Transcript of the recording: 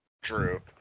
True